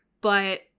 But-